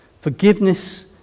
Forgiveness